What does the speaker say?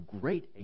great